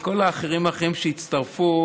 כל האחרים שהצטרפו,